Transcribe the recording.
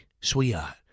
sweetheart